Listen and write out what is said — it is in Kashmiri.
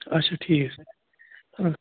آچھا ٹھیٖک